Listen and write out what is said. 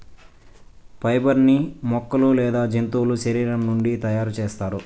fibre ని మొక్కలు లేదా జంతువుల శరీరం నుండి తయారు చేస్తారు